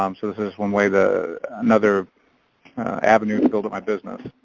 um so this is one way the another avenue to build up my business.